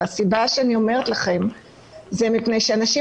והסיבה שאני אומרת לכם היא מפני שאנשים